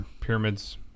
pyramids